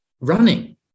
running